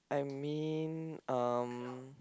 I mean um